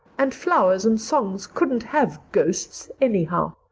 and flowers and songs couldn't have ghosts anyhow.